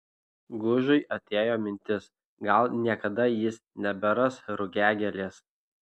gužui atėjo mintis gal niekada jis neberas rugiagėlės